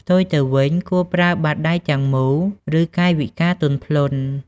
ផ្ទុយទៅវិញ គួរប្រើបាតដៃទាំងមូល ឬកាយវិការទន់ភ្លន់។